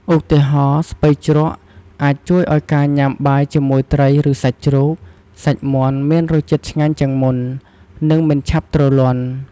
ឧទាហរណ៍ ជ្រក់ស្ពៃ អាចជួយឲ្យការញ៉ាំបាយជាមួយត្រី ឬសាច់ជ្រូក សាច់មាន់មានរសជាតិឆ្ងាញ់ជាងមុន និងមិនឆាប់ទ្រលាន់។